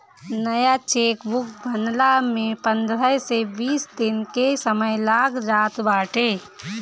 नया चेकबुक बनला में पंद्रह से बीस दिन के समय लाग जात बाटे